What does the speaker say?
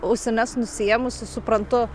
ausines nusiėmusi suprantu